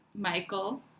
Michael